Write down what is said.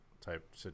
type